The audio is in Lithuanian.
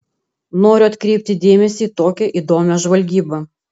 noriu atkreipti dėmesį į tokią įdomią žvalgybą